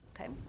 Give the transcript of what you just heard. okay